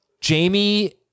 Jamie